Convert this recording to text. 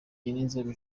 n’inzego